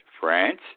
France